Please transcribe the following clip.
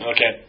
Okay